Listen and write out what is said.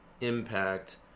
impact